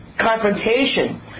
confrontation